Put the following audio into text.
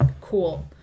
Cool